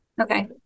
Okay